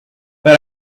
but